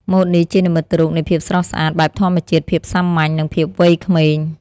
ម៉ូតនេះជានិមិត្តរូបនៃភាពស្រស់ស្អាតបែបធម្មជាតិ ភាពសាមញ្ញ និងភាពវ័យក្មេង។